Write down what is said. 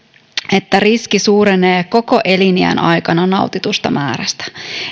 että riski suurenee koko eliniän aikana nautitusta määrästä